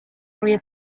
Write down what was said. روی